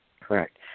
Correct